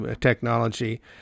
technology